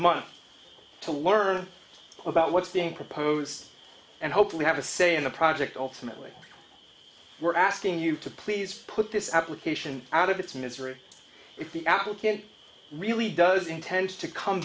month to learn about what's being proposed and hopefully have a say in the project ultimately we're asking you to please put this application out of its misery if the apple can't really does intend to come